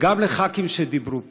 וגם לח"כים שדיברו פה.